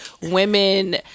women